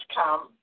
come